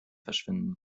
verschwinden